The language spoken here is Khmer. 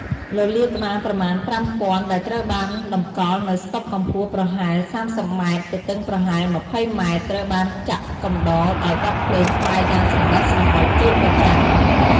លលាដ៍ក្បាលប្រមាណ ៥ពាន់ ដែលត្រូវបានតម្កល់នៅស្តុបកម្ពស់ប្រហែល ៣០ម៉ែត្រ ទទឹងប្រហែល ២០ម៉ែត្រ ត្រូវបានចាក់កំដរដោយបទភ្លេងខ្មែរយ៉ាងស្រងេះស្រងោចជាប្រចាំ។